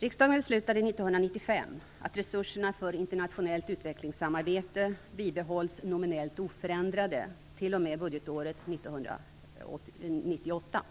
Riksdagen beslutade 1995 att resurserna för internationellt utvecklingssamarbete bibehålls nominellt oförändrade till och med budgetåret 1998.